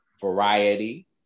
variety